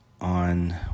on